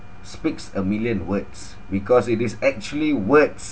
speaks a million words because it is actually words